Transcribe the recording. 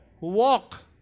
Walk